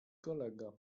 kolega